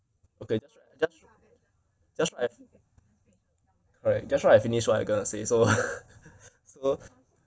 okay just just I've right just now I finished what I gonna say so so